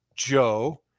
Joe